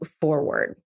forward